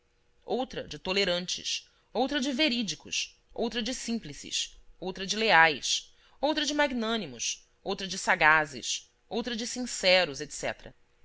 outra de tolerantes outra de verídicos outra de símplices outra de leais outra de magnânimos outra de sagazes outra de sinceros